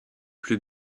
plus